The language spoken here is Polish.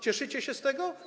Cieszycie się z tego?